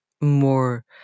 more